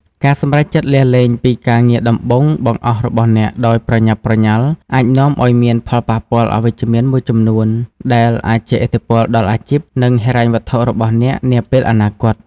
ការសម្រេចចិត្តលាលែងពីការងារដំបូងបង្អស់របស់អ្នកដោយប្រញាប់ប្រញាល់ អាចនាំឲ្យមានផលប៉ះពាល់អវិជ្ជមានមួយចំនួន ដែលអាចជះឥទ្ធិពលដល់អាជីព និងហិរញ្ញវត្ថុរបស់អ្នកនាពេលអនាគត។